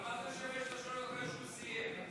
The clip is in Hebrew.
מה זה שווה שאתה שואל אחרי שהוא סיים?